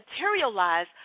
materialize